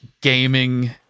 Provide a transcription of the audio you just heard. Gaming